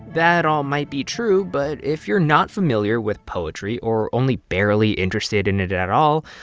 that all might be true. but if you're not familiar with poetry or only barely interested in it at all,